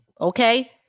Okay